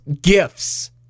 gifts